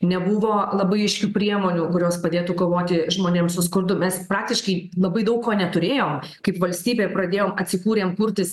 nebuvo labai aiškių priemonių kurios padėtų kovoti žmonėms su skurdu mes praktiškai labai daug ko neturėjom kaip valstybė pradėjom atsikūrėm kurtis